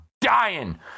dying